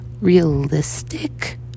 realistic